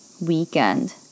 weekend